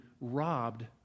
robbed